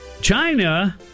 China